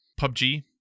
PUBG